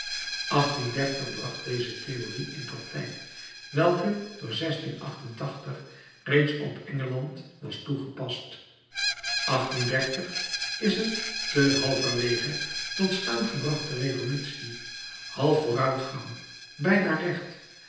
bracht deze theorie in practijk welke door reeds op engeland was toegepast is een te halverwege tot staan gebrachte revolutie half vooruitgang bijna recht